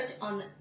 on